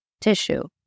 tissue